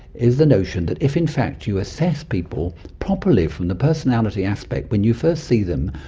is the notion that if in fact you assess people properly from the personality aspect when you first see them,